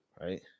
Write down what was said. Right